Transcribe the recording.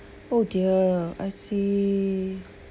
oh dear I see